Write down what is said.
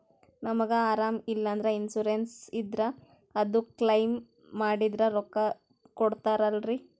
ನಮಗ ಅರಾಮ ಇಲ್ಲಂದ್ರ ಇನ್ಸೂರೆನ್ಸ್ ಇದ್ರ ಅದು ಕ್ಲೈಮ ಮಾಡಿದ್ರ ರೊಕ್ಕ ಕೊಡ್ತಾರಲ್ರಿ?